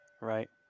right